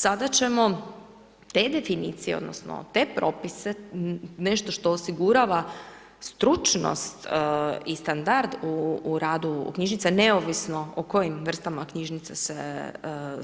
Sada ćemo te definicije, odnosno, te propise nešto što osigurava stručnost i standard u radu knjižnice, neovisno o kojim vrstama knjižnica